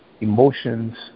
emotions